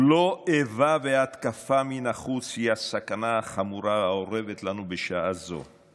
"לא איבה והתקפה מן החוץ היא הסכנה החמורה האורבת לנו בשעה זו,